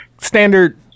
Standard